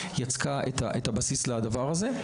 את הבסיס לדבר הזה.